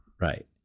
Right